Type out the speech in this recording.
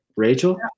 Rachel